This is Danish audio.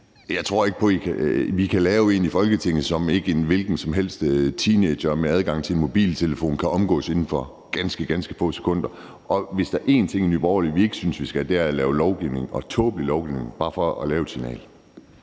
jeg ikke tror på, at vi i Folketinget kan lave en, som en hvilken som helst teenager med adgang til en mobiltelefon ikke inden for ganske, ganske få sekunder kan omgå. Hvis der er én ting, vi i Nye Borgerlige ikke synes man skal lave, er det lovgivning – tåbelig lovgivning – bare for at sende et signal.